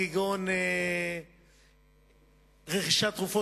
כגון ברכישת תרופות,